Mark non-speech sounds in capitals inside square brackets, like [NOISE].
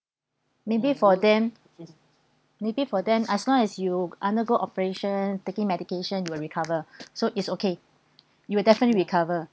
maybe for them maybe for them as long as you undergo operation taking medication you will recover [BREATH] so is okay you will definitely recover